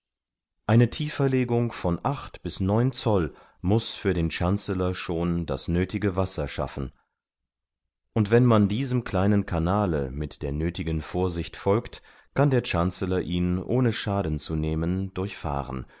eine tieferlegung von acht bis neun zoll muß für den chancellor schon das nöthige wasser schaffen und wenn man diesem kleinen canale mit der nöthigen vorsicht folgt kann der chancellor ihn ohne schaden zu nehmen durchfahren